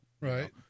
right